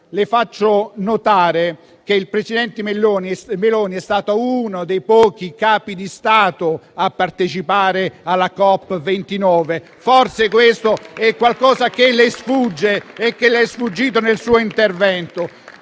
le faccio notare che il presidente Meloni è stata uno dei pochi capi di Stato a partecipare alla COP29. Forse questo è qualcosa che le sfugge e che le è sfuggito nel suo intervento.